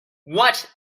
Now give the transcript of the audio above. what